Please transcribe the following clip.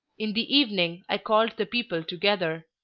in the evening i called the people together,